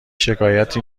شکایتی